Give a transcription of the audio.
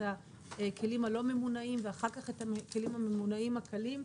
הכלים הלא ממונעים ואחר כך את הכלים הממונעים הקלים,